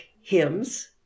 hymns